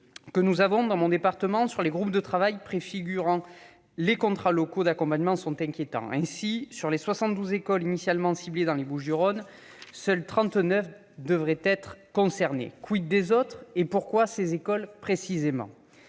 que nous avons, dans mon département, sur les groupes de travail préfigurant les contrats locaux d'accompagnement sont inquiétants. Ainsi, sur les 72 écoles initialement ciblées dans les Bouches-du-Rhône, seules 39 devraient être concernées. des autres ? Et pourquoi ces écoles précisément ?